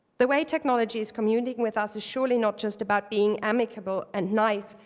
the way technology is communicating with us is surely not just about being amicable and nice,